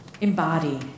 embody